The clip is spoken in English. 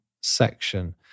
section